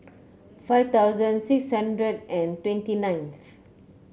five thousand six hundred and twenty nineth